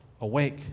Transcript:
awake